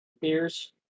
Beers